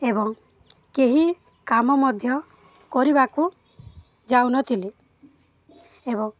ଏବଂ କେହି କାମ ମଧ୍ୟ କରିବାକୁ ଯାଉନଥିଲେ ଏବଂ